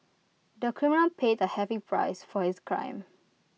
the criminal paid A heavy price for his crime